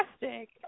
fantastic